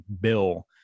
bill